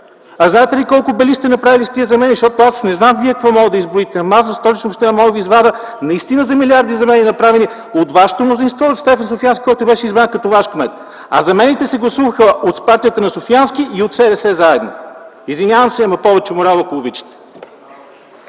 А знаете ли колко бели сте направили с тези замени, защото аз не знам Вие какво можете да изброите, но аз за Столична община мога да извадя наистина замени, направени за милиарди от вашето мнозинство, от Стефан Софиянски, който беше избран като ваш кмет. Замените се гласуваха от партията на Софиянски и от СДС – заедно. Извинявам се, но повече морал, ако обичате!